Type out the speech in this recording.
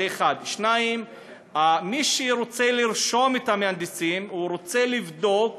זה, 1. 2. מי שרוצה לרשום את המהנדס גם רוצה לבדוק